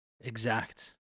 exact